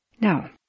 Now